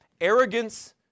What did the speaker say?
arrogance